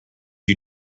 you